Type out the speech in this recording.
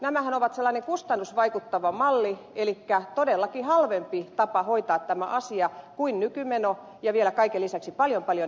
nämähän ovat sellainen kustannusvaikuttava malli elikkä todellakin halvempi tapa hoitaa tämä asia kuin nykymeno ja vielä kaiken lisäksi paljon paljon inhimillisempi